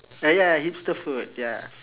uh ya hipster food ya